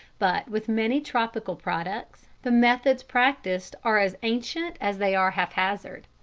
but with many tropical products the methods practised are as ancient as they are haphazard.